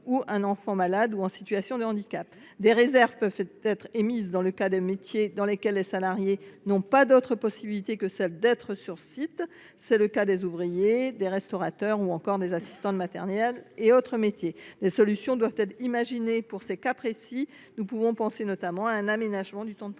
ou d’un enfant malade ou en situation de handicap. Des réserves peuvent être émises dans le cas de métiers dans lesquels les salariés n’ont pas d’autres possibilités que celle d’être sur site. C’est le cas notamment des ouvriers, des restaurateurs ou encore des assistantes maternelles. Des solutions doivent être imaginées pour ces cas précis ; nous pouvons penser notamment à un aménagement du temps de travail.